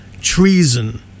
treason